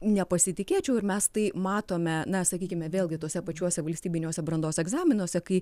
nepasitikėčiau ir mes tai matome na sakykime vėlgi tuose pačiuose valstybiniuose brandos egzaminuose kai